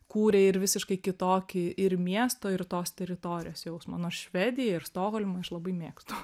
kūrė ir visiškai kitokį ir miesto ir tos teritorijos jausmą nors švediją ir stokholmą aš labai mėgstu